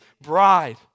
bride